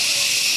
בעד,